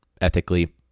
ethically